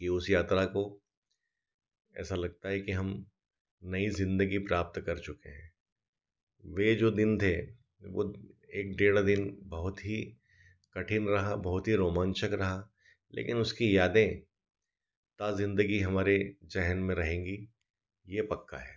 कि उस यात्रा को ऐसा लगता है कि हम नई ज़िन्दगी प्राप्त कर चुके हैं वह जो दिन थे वह एक डेढ़ दिन बहुत ही कठिन रहा बहुत ही रोमान्चक रहा लेकिन उसकी यादें ताज़िन्दगी हमारे ज़ेहन में रहेंगी यह पक्का है